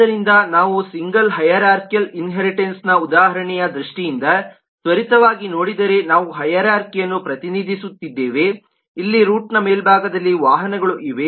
ಆದ್ದರಿಂದ ನಾವು single hierarchical ಇನ್ಹೇರಿಟನ್ಸ್ನ ಉದಾಹರಣೆಯ ದೃಷ್ಟಿಯಿಂದ ತ್ವರಿತವಾಗಿ ನೋಡಿದರೆ ನಾವು ಹೈರಾರ್ಖಿಅನ್ನು ಪ್ರತಿನಿಧಿಸುತ್ತಿದ್ದೇವೆ ಇಲ್ಲಿ ರೂಟ್ನ ಮೇಲ್ಭಾಗದಲ್ಲಿ ವಾಹನಗಳು ಇವೆ